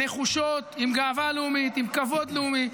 נחושות, עם גאווה לאומית, עם כבוד לאומי,